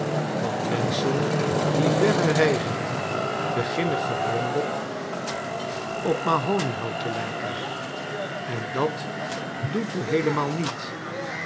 want menschen die verre reizen doen beginnen gewoonlijk op mahonyhout te lijken en dat doet u heelemaal niet